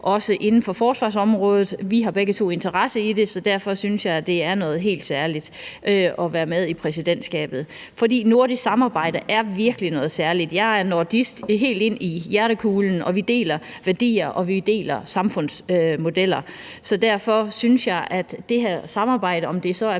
også inden for forsvarsområdet. Vi har begge to interesse i det, og derfor synes jeg, det er noget helt særligt at være med i præsidentskabet. For nordisk samarbejde er virkelig noget særligt. Jeg er nordist helt ind i hjertekulen. Vi deler værdier, og vi deler samfundsmodeller, så derfor synes jeg, at det her samarbejde, om det så er